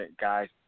guys